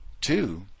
Two